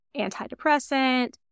antidepressant